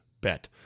bet